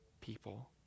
people